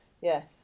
yes